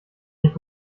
nicht